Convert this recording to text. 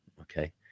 Okay